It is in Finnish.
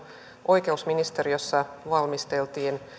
oikeusministeriössä valmisteltiin